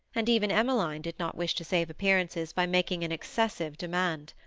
and even emmeline did not wish to save appearances by making an excessive demand.